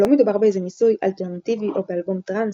לא מדובר באיזה ניסוי אלטרנטיווי או באלבום טראנס,